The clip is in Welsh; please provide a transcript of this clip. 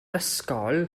ysgol